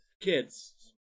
kid's